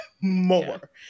More